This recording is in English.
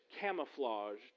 camouflaged